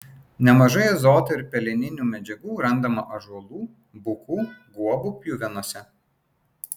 nemažai azoto ir peleninių medžiagų randama ąžuolų bukų guobų pjuvenose